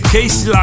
Casey